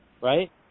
right